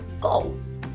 goals